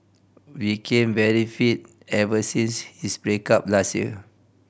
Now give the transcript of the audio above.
became very fit ever since his break up last year